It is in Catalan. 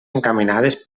encaminades